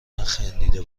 نخندیده